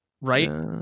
right